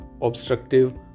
obstructive